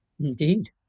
Indeed